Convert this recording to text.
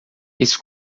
esse